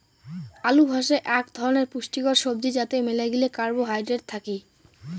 আলু হসে আক ধরণের পুষ্টিকর সবজি যাতে মেলাগিলা কার্বোহাইড্রেট থাকি